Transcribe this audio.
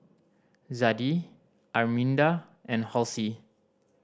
Zadie Arminda and Halsey